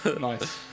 Nice